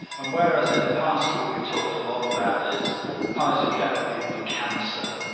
and whereas in the past what we talked a lot about is palliative care for people with cancer,